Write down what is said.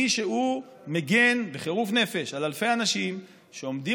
מי שמגן בחירוף נפש על אלפי אנשים שעומדים